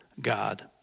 God